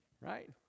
Right